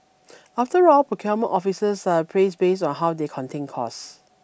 after all procurement officers are appraised based on how they contain costs